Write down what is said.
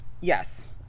Yes